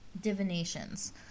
divinations